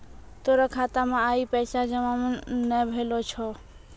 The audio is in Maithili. तोरो खाता मे आइ पैसा जमा नै भेलो छौं